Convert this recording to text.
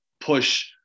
push